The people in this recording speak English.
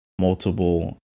multiple